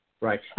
Right